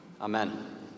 Amen